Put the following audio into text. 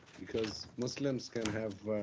because muslims can have